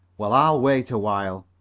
well, i'll wait a while.